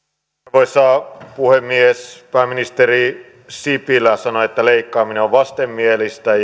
arvoisa puhemies pääministeri sipilä sanoi että leikkaaminen on vastenmielistä